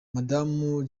madamu